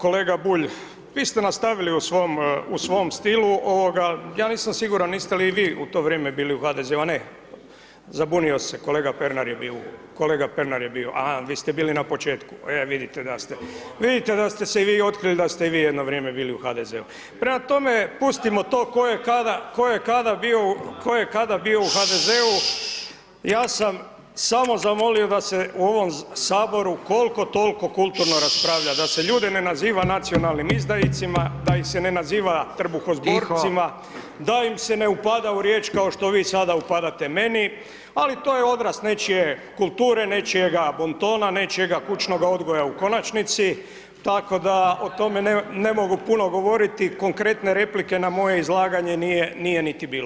Kolega Bulj, vi ste nastavili u svom, u svom stilu, ovoga, ja nisam siguran niste li i vi u to vrijeme bili u HDZ-u, a ne, zabunio se, kolega Pernar je bio, kolega Pernar je bio, a-ha, vi ste bili na početku, e vidite da ste, vidite da ste se i vi otkrili da ste i vi jedno vrijeme bili u HDZ-u, prema tome pustimo to 'ko je kada, [[Upadica: govornik se ne čuje.]] 'ko je kada bio u, 'ko je kada bio u HDZ-u, ja sam samo zamolio da se u ovom Saboru kol'ko tol'ko kulturno raspravlja, da se ljude ne naziva nacionalnim izdajicima, da ih se ne naziva trbuhozborcima, da im se ne upada u riječ kao što vi sada upadate meni, ali to je odraz nečije kulture, nečijega bontona, nečijega kućnoga odgoja u konačnici, tako da o tome ne mogu puno govoriti, konkretne replike na moje izlaganje nije, nije niti bilo.